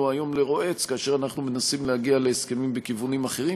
היום לרועץ כאשר אנחנו מנסים להגיע להסכמים בכיוונים אחרים,